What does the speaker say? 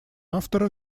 автора